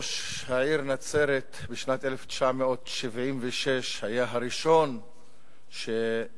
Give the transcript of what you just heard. בשנת 1976 ראש העיר נצרת היה הראשון שהכיר